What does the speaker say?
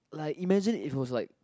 like imagine it was like